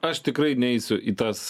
aš tikrai neisiu į tas